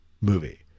movie